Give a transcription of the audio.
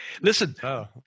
Listen